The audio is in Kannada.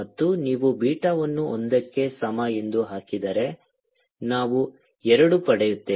ಮತ್ತು ನೀವು ಬೀಟಾವನ್ನು ಒಂದಕ್ಕೆ ಸಮ ಎಂದು ಹಾಕಿದರೆ ನಾವು ಎರಡು ಪಡೆಯುತ್ತೇವೆ